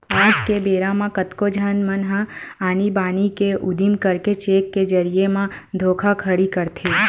आज के बेरा म कतको झन मन ह आनी बानी के उदिम करके चेक के जरिए म धोखाघड़ी करथे